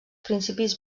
principis